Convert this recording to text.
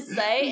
say